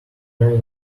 pearl